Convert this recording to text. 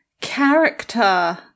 character